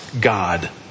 God